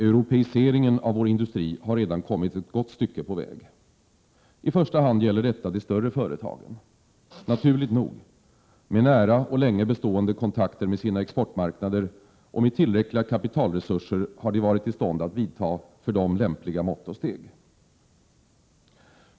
Europeiseringen av vår industri har redan kommit ett gott stycke på väg. I första hand gäller detta de större företagen. Naturligt nog: med nära och länge bestående kontakter med sina exportmarknader och med tillräckli ga kapitalresurser har de varit i stånd att vidta lämpliga mått och steg.